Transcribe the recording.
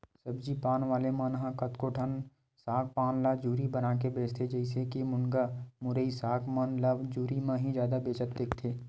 सब्जी पान वाले मन ह कतको ठन साग पान ल जुरी बनाके बेंचथे, जइसे के मुनगा, मुरई, साग मन ल जुरी म ही जादा बेंचत दिखथे